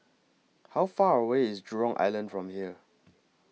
How Far away IS Jurong Island from here